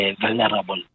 vulnerable